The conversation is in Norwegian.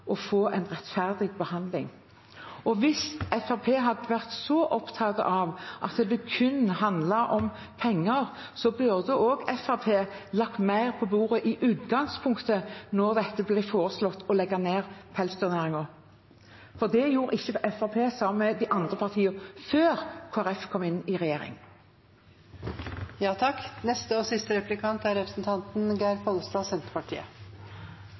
å få en rettferdig behandling. Hvis Fremskrittspartiet hadde vært så opptatt av at det kun handlet om penger, burde også Fremskrittspartiet lagt mer på bordet i utgangspunktet da det ble foreslått å legge ned pelsdyrnæringen. Det gjorde ikke Fremskrittspartiet – sammen med de andre partiene – før Kristelig Folkeparti kom inn i